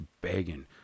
begging